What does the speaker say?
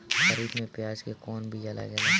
खरीफ में प्याज के कौन बीया लागेला?